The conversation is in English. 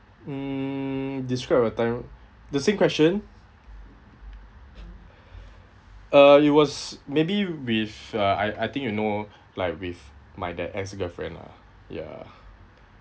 mm describe a time the same question uh it was maybe with uh I I think you know like with my that ex-girlfriend lah ya